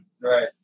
Right